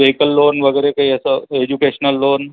vehicle loan वगैरे काही असं एज्युकेशनल लोन